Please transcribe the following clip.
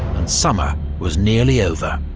and summer was nearly over.